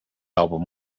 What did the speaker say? album